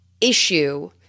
issue